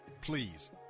Please